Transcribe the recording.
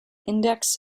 index